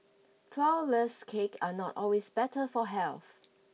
flawless cakes are not always better for health